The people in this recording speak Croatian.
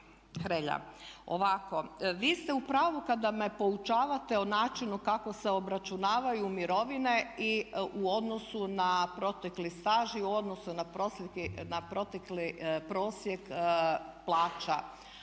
Hrelja ovako vi ste u pravu kada me poučavate o načinu kako se obračunavaju mirovine u odnosu na protekli staž i u odnosu na protekli prosjek plaća